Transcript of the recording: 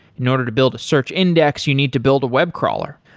in order to build a search index, you need to build a web crawler.